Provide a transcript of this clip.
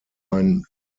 ein